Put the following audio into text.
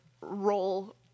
role